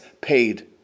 paid